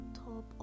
top